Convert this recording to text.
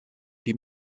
die